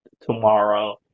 tomorrow